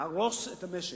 להרוס את המשק.